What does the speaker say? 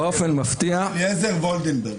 על שם הרב אליעזר ולנדברג.